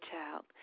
child